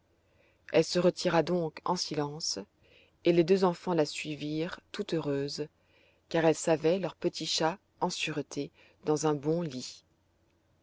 elle se retira donc en silence et les deux enfants la suivirent tout heureuses car elles savaient leurs petits chats en sûreté dans un bon lit